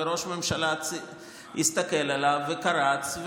וראש הממשלה הסתכל עליו וקרץ,